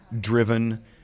driven